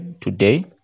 today